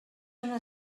una